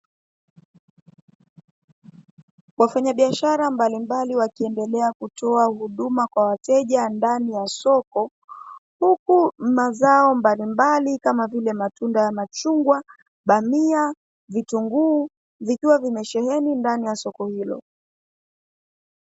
Wafanyabiashara mbalimbali wakiendelea kutoa huduma kwa wateja ndani ya soko, huku mazao mbalimbali kama vile matunda ya machungwa, bamia, vitunguu vikiwa vimesheheni ndani ya soko hilo.